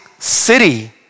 city